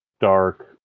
dark